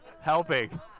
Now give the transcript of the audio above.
Helping